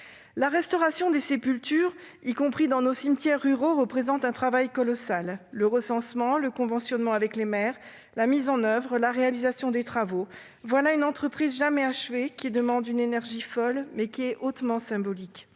La restauration des sépultures, y compris dans nos cimetières ruraux, représente un travail colossal. Le recensement, le conventionnement avec les maires et la mise en oeuvre, puis la réalisation des travaux, voilà une entreprise jamais achevée, qui demande une énergie folle, mais qui est hautement symbolique.